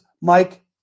Mike